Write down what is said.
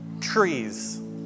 trees